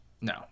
No